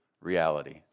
reality